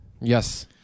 Yes